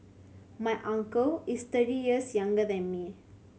my uncle is thirty years younger than me